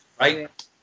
Right